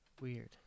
Weird